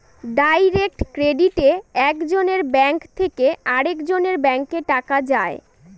direct ক্রেডিটে এক জনের ব্যাঙ্ক থেকে আরেকজনের ব্যাঙ্কে টাকা যায়